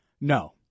No